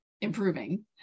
improving